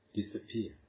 disappear